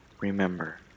remember